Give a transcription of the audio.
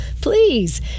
please